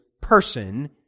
person